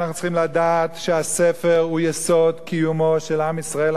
אנחנו צריכים לדעת שהספר הוא יסוד קיומו של עם ישראל.